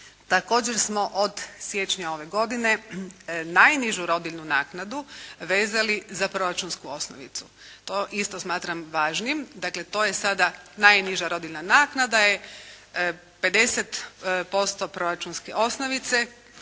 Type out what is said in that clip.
Također smo od siječnja ove godine najnižu rodiljnu naknadu vezali za proračunsku osnovicu. To isto smatram važnim. Dakle, to je sada najniža rodiljna naknada je 50% proračunske osnovice.